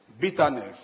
bitterness